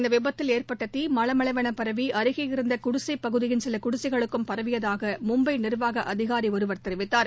இந்தவிபத்தில் ஏற்பட்டதீமளமளவெளபரவிஅருகே இருந்தகுடிசைப்பகுதியின் சிலகுடிசைகளுக்கும் பரவியதாகமும்பைநிர்வாகஅதிகாரிஒருவர் தெரிவித்தார்